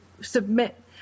submit